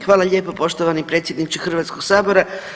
Hvala lijepa poštovani predsjedniče Hrvatskog sabora.